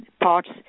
parts